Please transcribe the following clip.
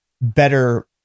better